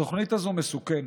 התוכנית הזו מסוכנת,